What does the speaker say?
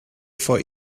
vor